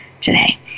today